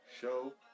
show